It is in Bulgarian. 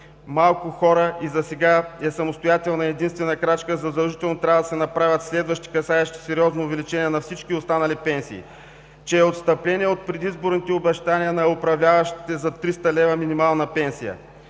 малко хора и засега е самостоятелна и единствена крачка – задължително трябва да се направят следващи, касаещи сериозно увеличение на всички останали пенсии; че е отстъпление от предизборните обещания на управляващите за 300 лв. минимална пенсия,